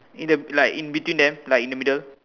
in the like in between them like in the middle